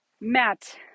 Matt